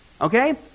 Okay